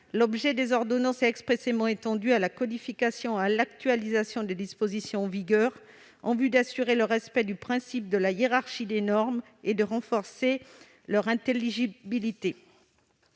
l'objet des ordonnances est expressément étendu à la codification et à l'actualisation des dispositions en vigueur, en vue d'assurer le respect du principe de la hiérarchie des normes et de renforcer leur intelligibilité.